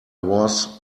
was